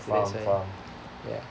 so that's why ya